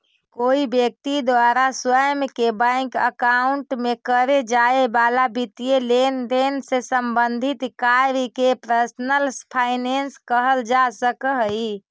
कोई व्यक्ति द्वारा स्वयं के बैंक अकाउंट में करे जाए वाला वित्तीय लेनदेन से संबंधित कार्य के पर्सनल फाइनेंस कहल जा सकऽ हइ